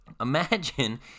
imagine